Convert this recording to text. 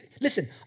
Listen